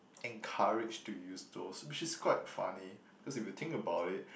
encouraged to use those which is quite funny because if you think about it